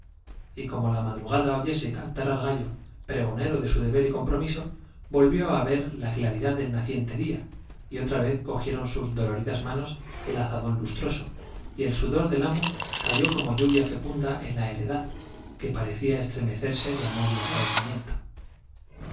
y como á la madrugada oyese cantar al gallo prego nero de su deber l comrro rüso volvió a ver la claridad del naciente cogieron dolo día y otra vez sus ridas manos el azadón lustroso y el sudor del amo cayó como lluvia fecunda en la henedad que parecía estremecerse de amor y agradecimiento